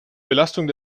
belastung